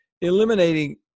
eliminating